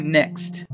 next